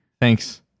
Thanks